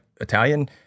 Italian